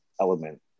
element